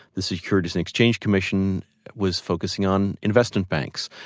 the securities and exchange commission was focusing on investment banks.